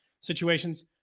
situations